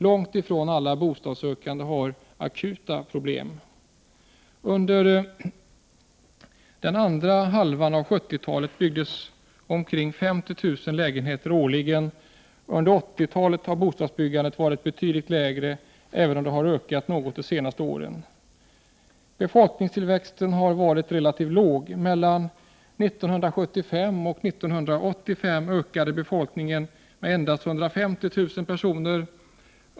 Långt ifrån alla bostadssökande har akuta problem. Under den andra halvan av 1970-talet byggdes omkring 50 000 lägenheter årligen. Under 1980-talet har bostadsbyggandet varit betydligt lägre, även om det har ökat något de senaste åren. Befolkningstillväxten har varit relativt låg. Mellan 1975 och 1985 ökade befolkningen med endast 150 000 personer.